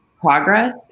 progress